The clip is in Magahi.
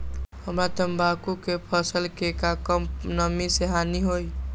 हमरा तंबाकू के फसल के का कम नमी से हानि होई?